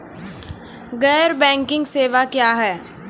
गैर बैंकिंग सेवा क्या हैं?